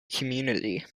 community